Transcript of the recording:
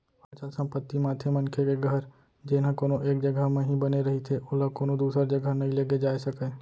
अचल संपत्ति म आथे मनखे के घर जेनहा कोनो एक जघा म ही बने रहिथे ओला कोनो दूसर जघा नइ लेगे जाय सकय